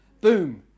Boom